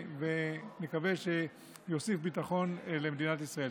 ואני מקווה שזה יוסיף ביטחון למדינת ישראל.